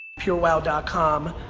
purewow and com,